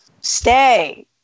stay